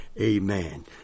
Amen